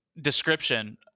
description